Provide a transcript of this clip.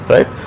Right